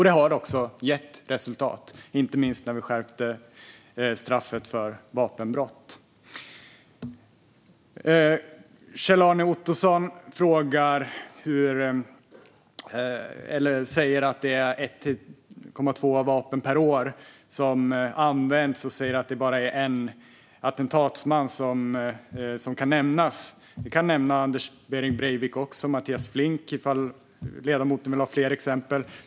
Det har också gett resultat, inte minst när vi skärpte straffet för vapenbrott. Kjell-Arne Ottosson säger att det är 1,2 vapen per år som används och att det bara är en attentatsman som kan nämnas. Jag kan nämna även Anders Behring Breivik och Mattias Flink, ifall ledamoten vill ha fler exempel.